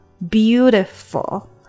Beautiful